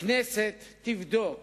הכנסת תבדוק